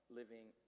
living